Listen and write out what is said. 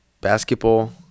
Basketball